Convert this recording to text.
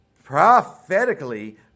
Prophetically